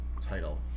title